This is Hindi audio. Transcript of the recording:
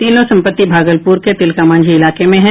तीनों संपत्ति भागलपुर के तिलकामांझी इलाके में है